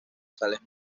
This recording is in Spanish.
sales